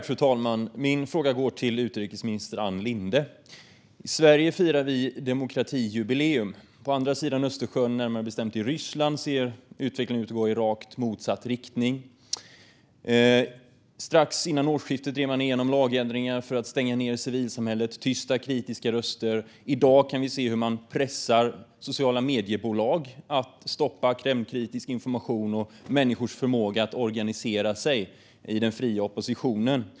Fru talman! Min fråga går till utrikesminister Ann Linde. I Sverige firar vi demokratijubileum. På andra sidan Östersjön, närmare bestämt i Ryssland, ser utvecklingen ut att gå i rakt motsatt riktning. Strax före årsskiftet drev man igenom lagändringar för att stänga ned civilsamhället och tysta kritiska röster. I dag kan vi se hur man pressar sociala mediebolag att stoppa Kremlkritisk information och människors förmåga att organisera sig i den fria oppositionen.